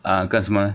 啊干什么呢